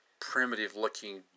primitive-looking